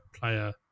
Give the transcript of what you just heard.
player